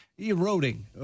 eroding